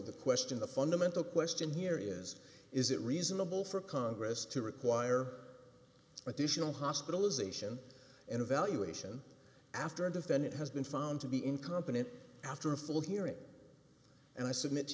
the question the fundamental question here is is it reasonable for congress to require additional hospitalization and evaluation after a defendant has been found to be incompetent after a full hearing and i submit to